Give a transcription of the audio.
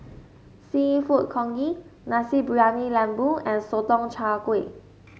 seafood congee Nasi Briyani Lembu and Sotong Char Kway